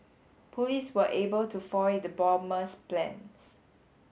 police were able to foil the bomber's plans